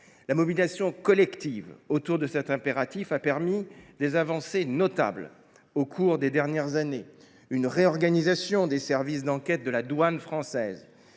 La mobilisation collective autour de cet impératif a permis des avancées notables au cours des dernières années, parmi lesquelles figurent la réorganisation des services d’enquête de la douane française,